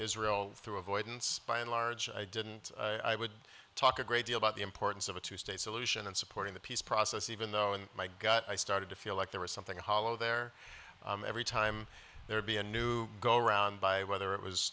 israel through avoidance by and large i didn't i would talk a great deal about the importance of a two state solution and supporting the peace process even though in my gut i started to feel like there was something hollow there every time there would be a new go around by whether it was